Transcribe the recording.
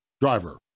driver